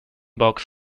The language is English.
box